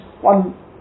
one